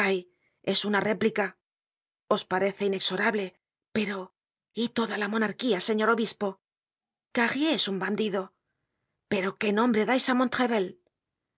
es una réplica os parece inexorable pero y toda la monarquía señor obispo carrier es un bandido pero qué nombre dais á